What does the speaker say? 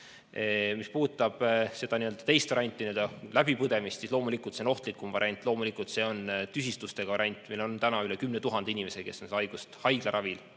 Mis puudutab seda teist varianti, läbipõdemist, siis loomulikult on see ohtlikum variant, loomulikult on see tüsistustega variant. Meil on üle 10 000 inimese, kes on seda haigust haiglaravil